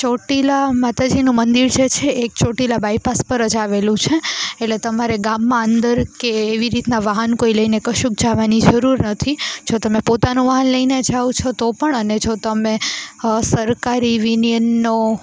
ચોટીલા માતાજીનું મંદિર જે છે એ ચોટીલા બાયપાસ પર જ આવેલું છે એટલે તમારે ગામમાં અંદર કે એવી રીતના વાહન કોઈ લઈને કશુંક જાવાની જરૂર નથી જો તમે પોતાનું વાહન લઈને જાઓ છો તો પણ અને જો તમે સરકારી વિનયનનો